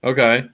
Okay